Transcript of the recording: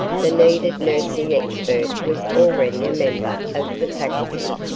the needed nursing expert was already a member of the faculty.